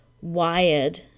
wired